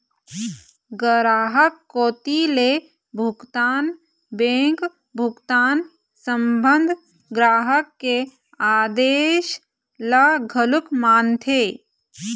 गराहक कोती ले भुगतान बेंक भुगतान संबंध ग्राहक के आदेस ल घलोक मानथे